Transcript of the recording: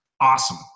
awesome